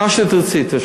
מה שתרצי תשאלי.